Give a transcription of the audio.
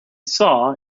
saw